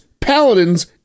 Paladins